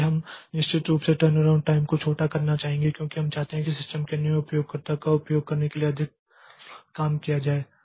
इसलिए हम निश्चित रूप से टर्नअराउंड टाइम को छोटा करना चाहते हैं क्योंकि हम चाहते हैं कि सिस्टम के अन्य उपयोगकर्ताओं का उपयोग करने के लिए अधिक काम किया जाए